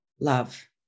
love